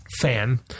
fan